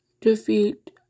defeat